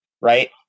right